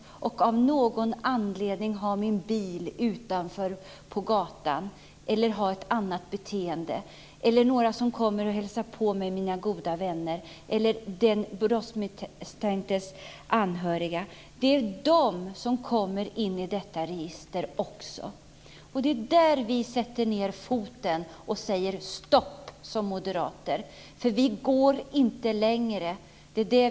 Jag kan av någon anledning ha min bil utanför på gatan eller ha ett annat beteende. Det kan vara några som hälsar på mig, mina goda vänner. Det kan vara den brottsmisstänktes anhöriga. Det är de som också kommer in i detta register. Det är där vi sätter ned foten och säger stopp som moderater. Vi går inte längre.